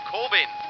Corbin